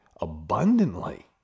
abundantly